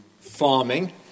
farming